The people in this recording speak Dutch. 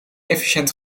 efficiënt